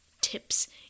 tips